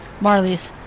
Marley's